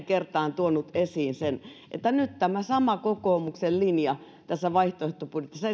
kertaan tuonut esiin sen että nyt tämä sama kokoomuksen linja tässä vaihtoehtobudjetissa